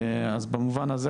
אז במובן הזה,